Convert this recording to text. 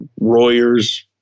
Royers